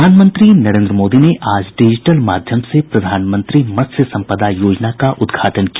प्रधानमंत्री नरेन्द्र मोदी ने आज डिजिटल माध्यम से प्रधानमंत्री मत्स्य संपदा योजना का उद्घाटन किया